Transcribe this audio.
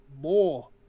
more